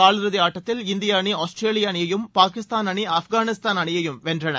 காலிறுதி ஆட்டத்தில் இந்திய அணி ஆஸ்திரேலிய அணியையும் பாகிஸ்தான் அணி ஆப்கானிஸ்தான் அணியையும் வென்றன